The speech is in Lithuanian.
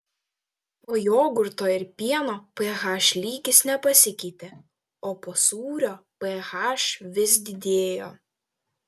po jogurto ir pieno ph lygis nepasikeitė o po sūrio ph vis didėjo